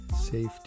safety